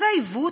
זה עיוות.